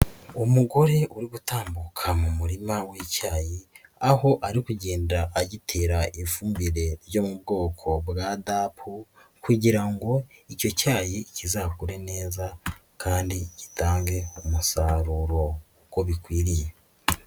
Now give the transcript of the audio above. Umugore uri gutambuka mu murima w'icyayi, aho ari kugenda agitera ifumbire yo mu bwoko bwa dapu kugira ngo icyo cyayi kizakure neza kandi gitange umusaruro uko bikwiriye.